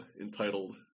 entitled